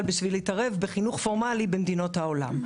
בשביל להתערב בחינוך פורמלי במדינות העולם.